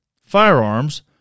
firearms